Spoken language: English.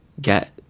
get